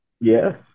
Yes